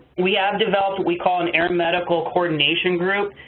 we have developed what we call an aeromedical coordination group,